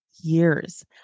years